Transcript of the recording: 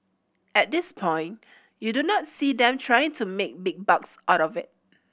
at this point you do not see them trying to make big bucks out of it